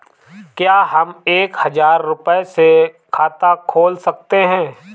क्या हम एक हजार रुपये से खाता खोल सकते हैं?